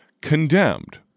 condemned